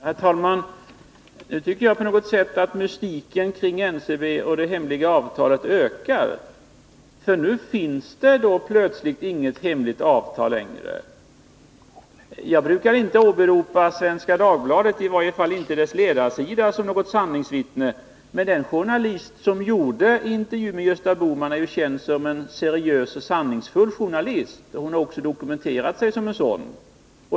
Herr talman! Nu tycker jag att mystiken kring NCB och det hemliga avtalet ökar. Nu finns det plötsligt inget hemligt avtal längre. Jag brukar inte åberopa Svenska Dagbladet, i varje fall inte dess ledarsida, som något sanningsvittne. Men den journalist som gjorde intervjun med Gösta Bohman är ju känd som en seriös och sanningsenlig journalist, och hon har också dokumenterat sig som sådan.